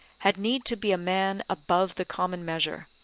had need to be a man above the common measure,